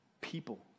people